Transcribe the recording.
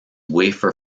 wafer